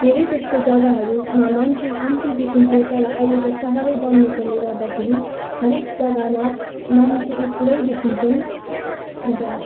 धेरै जस्तो जगाहरूमा मान्छे कम्ती देखिन्थ्यो तर अहिले सहरै बनेकोले गर्दाखेरि हरएक जगामा मान्छे पुरै देखिन्छन् अन्त